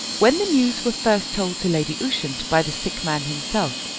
when the news were first told to lady ushant by the sick man himself,